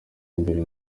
imbere